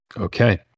Okay